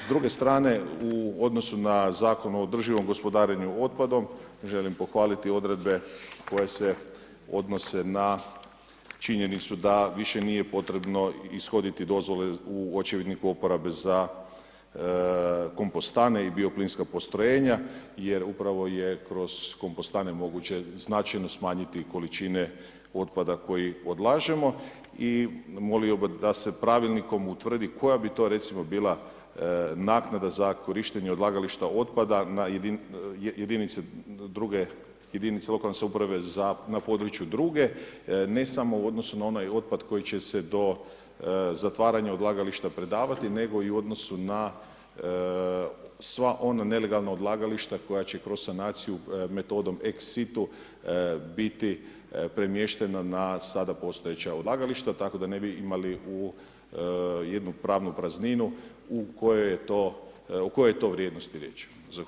S druge strane, u odnosu na Zakon o održivom gospodarenju otpadom, želim pohvaliti odredbe koje se odnose na činjenicu da više nije potrebno ishoditi dozvole u Očevidniku uporabe za kompostane i bioplinska postrojenja, jer upravo je kroz kompostane moguće značajno smanjiti količine otpada koji odlažemo i molio bih da se Pravilnikom utvrdi koja bi to recimo bila naknada za korištenje odlagališta otpada na jedinice, druge jedinice lokalne samouprave za na područje druge, ne samo u odnosu na onaj otpad koji će se do zatvaranja odlagališta predavati, nego i u odnosu na sva ona nelegalno odlagališta koja će kroz sanaciju metodom ex situ, biti premještena na sada postojeća odlagališta tako da ne bi imali, u jednu pravnu prazninu u kojoj je to, o kojoj je to vrijednosti riječ.